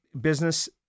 business